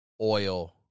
oil